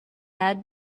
had